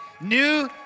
new